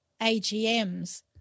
AGMs